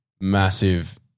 massive